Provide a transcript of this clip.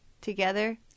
together